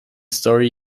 story